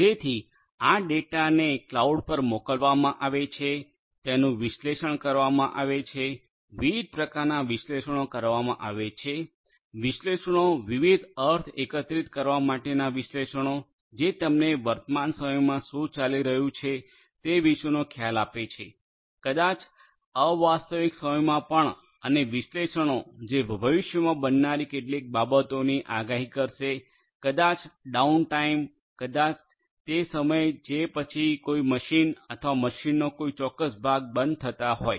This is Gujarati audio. જેથી આ ડેટાને ક્લાઉડ પર મોકલવામાં આવે છે તેનું વિશ્લેષણ કરવામાં આવે છે વિવિધ પ્રકારના વિશ્લેષણો કરવામાં આવે છે વિશ્લેષણો વિવિધ અર્થ એકત્રિત કરવા માટેના વિશ્લેષણો જે તમને વર્તમાન સમયમાં શું ચાલી રહ્યું છે તે વિશેનો ખ્યાલ આપે છે કદાચ અવાસ્તવિક સમયમાં પણ અને વિશ્લેષણો જે ભવિષ્યમાં બનનારી કેટલીક બાબતોની આગાહી કરશે કદાચ ડાઉનટાઇમ કદાચ તે સમય જે પછી કોઈ મશીન અથવા મશીનનો કોઈ ચોક્કસ ભાગ બંધ થતા હોય